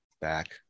back